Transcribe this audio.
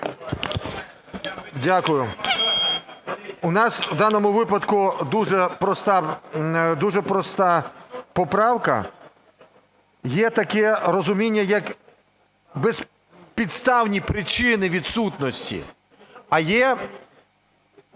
Дякую. У нас в даному випадку дуже проста поправка. Є таке розуміння, як безпідставні причини відсутності, а є